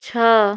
ଛଅ